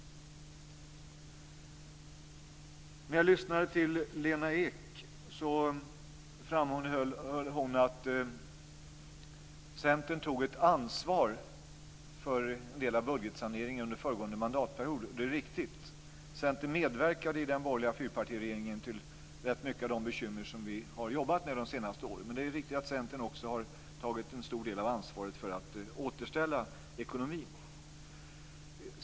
När jag lyssnade till Lena Ek framhöll hon att Centern tog ansvar för en del av budgetsaneringen under föregående mandatperiod. Det är riktigt. Centern medverkade i den borgerliga fyrpartiregeringen till rätt många av de bekymmer som vi har jobbat med de senaste åren. Men det är riktigt att Centern också har tagit en stor del av ansvaret för att återställa ekonomin.